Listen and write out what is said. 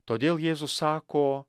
todėl jėzus sako